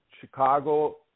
chicago